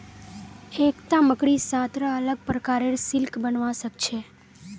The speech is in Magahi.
एकता मकड़ी सात रा अलग प्रकारेर सिल्क बनव्वा स ख छ